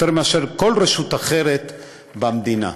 יותר מכל רשות אחרת במדינה.